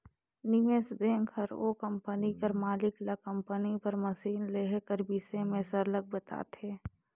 निवेस बेंक हर ओ कंपनी कर मालिक ल कंपनी बर मसीन लेहे कर बिसे में सरलग बताथे